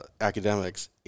academics